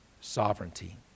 sovereignty